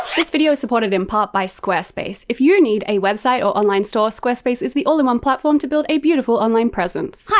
this video is supported in part by squarespace. if you need a website or online store, squarespace is the all-in-one platform to build a beautiful online presence. hi,